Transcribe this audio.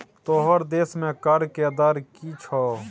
तोहर देशमे कर के दर की छौ?